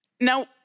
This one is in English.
Now